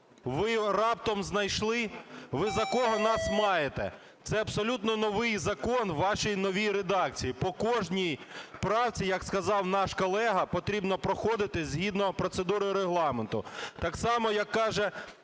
ви раптом знайшли. Ви за кого нас маєте? Це абсолютно новий закон, у вашій новій редакції. По кожній правці, як сказав наш колега, потрібно проходити, згідно процедури Регламенту. Так само, як каже